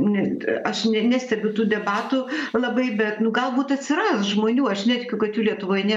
net aš nestebiu tų debatų labai bet nu galbūt atsiras žmonių aš netikiu kad jų lietuvoje nė